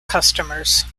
customers